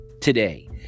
today